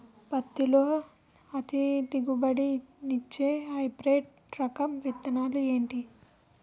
పత్తి లో అధిక దిగుబడి నిచ్చే హైబ్రిడ్ రకం విత్తనాలు ఏంటి